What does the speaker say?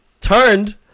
Turned